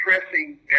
pressing